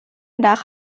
nach